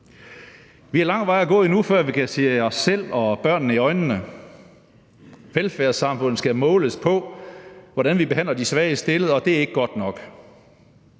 Vi har lang vej at gå endnu, før vi kan se os selv og børnene i øjnene. Velfærdssamfundet skal måles på, hvordan vi behandler de svagest stillede, og det er ikke godt nok.